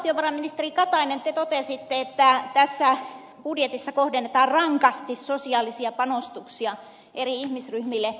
valtiovarainministeri katainen te totesitte että tässä budjetissa kohdennetaan rankasti sosiaalisia panostuksia eri ihmisryhmille